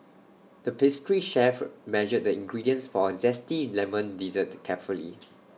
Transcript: the pastry chef measured the ingredients for A Zesty Lemon Dessert carefully